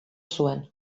zuen